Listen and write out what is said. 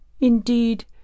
indeed